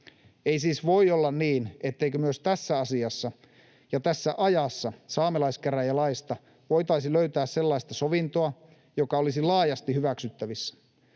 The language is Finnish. Ei siis voi olla niin, etteikö myös tässä asiassa ja tässä ajassa saamelaiskäräjälaista voitaisi löytää sellaista sovintoa, joka olisi laajasti hyväksyttävissä.